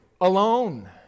alone